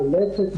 מומלצת,